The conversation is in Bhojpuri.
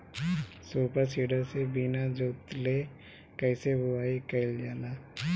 सूपर सीडर से बीना जोतले कईसे बुआई कयिल जाला?